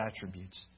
attributes